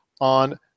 on